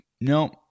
No